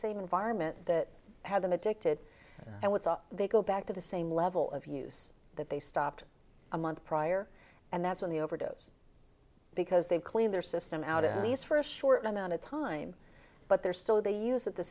same environment that had them addicted and what's up they go back to the same level of use that they stopped a month prior and that's when the overdose because they've cleaned their system out at least for a short amount of time but they're still they use at the